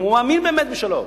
אם הוא מאמין באמת בשלום,